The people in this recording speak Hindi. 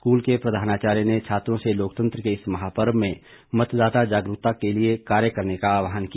स्कूल के प्रधानाचार्य ने छात्रों से लोकतंत्र के इस महापर्व में मतदाता जागरूकता के लिए कार्य करने का आह्वान किया